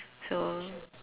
so